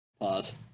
Pause